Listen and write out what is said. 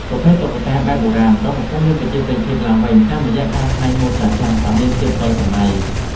ប្រភេទ តុក្កតាបែបបុរាណ ក៏កំពុងមានប្រជាប្រិយភាពឡើងវិញតាមរយៈការច្នៃម៉ូដចាស់ៗឱ្យមានភាពទាន់សម័យ។